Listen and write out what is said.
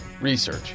research